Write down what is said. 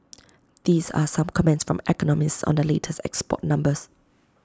these are some comments from economists on the latest export numbers